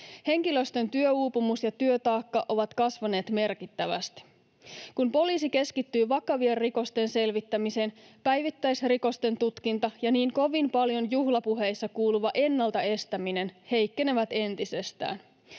Henkilöstön työuupumus ja työtaakka ovat kasvaneet merkittävästi. Kun poliisi keskittyy vakavien rikosten selvittämiseen, päivittäisrikosten tutkinta ja juhlapuheissa niin kovin paljon kuuluva ennalta estäminen heikkenevät entisestään: